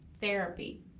therapy